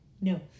No